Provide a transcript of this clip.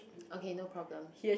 okay no problem